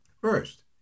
First